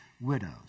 widows